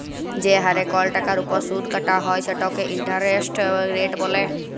যে হারে কল টাকার উপর সুদ কাটা হ্যয় সেটকে ইলটারেস্ট রেট ব্যলে